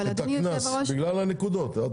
זה בגלל הנקודות.